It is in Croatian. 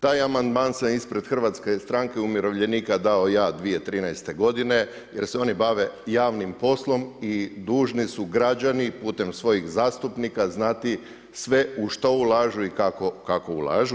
Taj amandman se ispred hrvatske stranke umirovljenika dao ja 2013. g. jer se oni bave javnim poslom i dužni su građani putem svojih zastupnika znati sve u što ulažu i kako ulažu.